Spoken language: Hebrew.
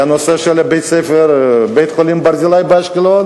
היה הנושא של בית-החולים "ברזילי" באשקלון